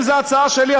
אם זאת הצעה שלי,